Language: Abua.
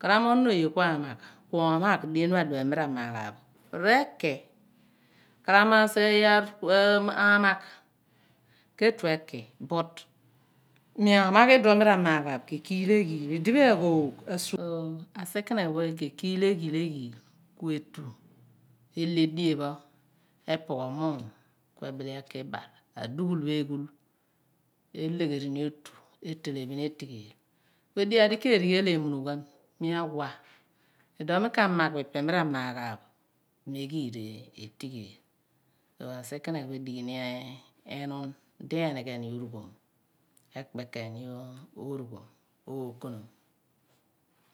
Kalamoye onon oye ku a magh, ku umagh dien pha-di phe pho mi ramaghabo reki, kalamosighe, iyaar, ku amagh ke tue ki but mi amagh duo mi ra naghabo kekiil egheel i dipho a hoogh kiikeel egheel egheel ku etu ele edien pho ephughol mu̱um a dughul a ghul elegherini otu ketighedi, ediphimadi ke reghel emungha ku mi aki awa idiom mi ka maghbo i dipho mi ra mahaabo bi-ma gheel rehgheel asikenegh edighen enon di enighe okonom, ekpekeeny oruhom okonom,